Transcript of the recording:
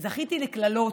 זכיתי לקללות,